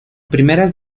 primeras